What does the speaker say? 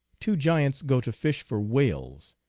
two giants go to fish for whales,